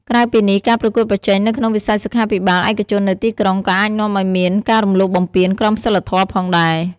ក្រៅពីនេះ ការប្រកួតប្រជែងនៅក្នុងវិស័យសុខាភិបាលឯកជននៅទីក្រុង ក៏អាចនាំឱ្យមាន ការរំលោភបំពានក្រមសីលធម៌ ផងដែរ។